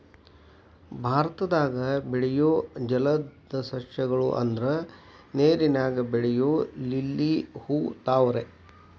ಭಾರತದಾಗ ಬೆಳಿಯು ಜಲದ ಸಸ್ಯ ಗಳು ಅಂದ್ರ ನೇರಿನಾಗ ಬೆಳಿಯು ಲಿಲ್ಲಿ ಹೂ, ತಾವರೆ